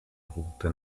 route